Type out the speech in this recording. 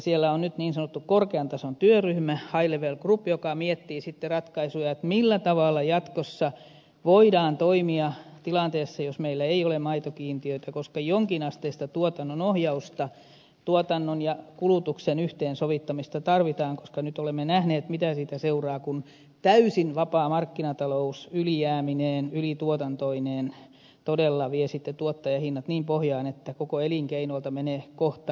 siellä on nyt niin sanottu korkean tason työryhmä high level group joka miettii sitten ratkaisuja millä tavalla jatkossa voidaan toimia tilanteessa jos meillä ei ole maitokiintiötä koska tarvitaan jonkinasteista tuotannon ohjausta tuotannon ja kulutuksen yhteensovittamista koska nyt olemme nähneet mitä siitä seuraa kun täysin vapaa markkinatalous ylijäämineen ylituotantoineen todella vie sitten tuottajahinnat niin pohjaan että koko elinkeinolta menee kohta pohja pois